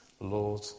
Lord